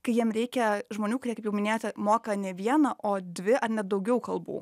kai jiem reikia žmonių kurie kaip jau ir minėjote moka ne vieną o dvi ar net daugiau kalbų